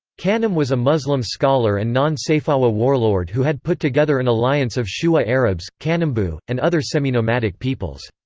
kanem was a muslim scholar and non-sayfawa warlord who had put together an alliance of shuwa arabs, kanembu, and other seminomadic peoples.